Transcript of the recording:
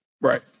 Right